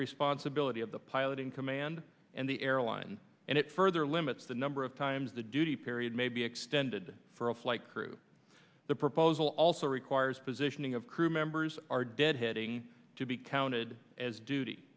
responsibility of the pilot in command and the airline and it further limits the number of times the duty period may be extended for a flight crew the proposal also requires positioning of crew members are deadheading to be counted as duty